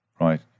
Right